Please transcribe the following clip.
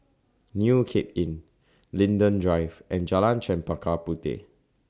New Cape Inn Linden Drive and Jalan Chempaka Puteh